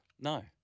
No